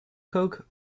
coke